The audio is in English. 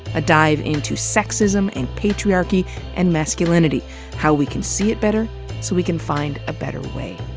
a dive into sexism and patriarchy and masculinity how we can see it better so we can find a better way.